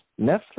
Netflix